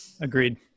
Agreed